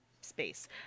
space